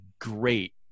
great